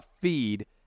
feed